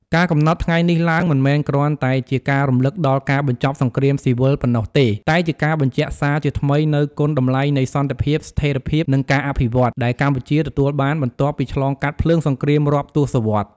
ការកំណត់ថ្ងៃនេះឡើង មិនមែនគ្រាន់តែជាការរំលឹកដល់ការបញ្ចប់សង្គ្រាមស៊ីវិលប៉ុណ្ណោះទេ តែជាការបញ្ជាក់សារជាថ្មីនូវគុណតម្លៃនៃ សន្តិភាព ស្ថេរភាព និងការអភិវឌ្ឍន៍ ដែលកម្ពុជាទទួលបានបន្ទាប់ពីឆ្លងកាត់ភ្លើងសង្គ្រាមរាប់ទសវត្សរ៍។